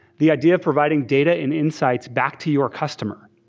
the idea of providing data and insights back to your customer.